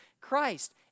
Christ